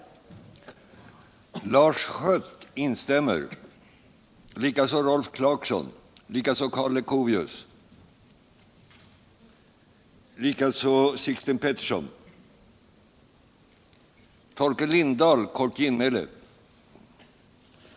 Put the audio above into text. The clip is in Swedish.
Riksdagens lokalfrågor på längre Sikt frågor på längre Sikt